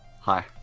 Hi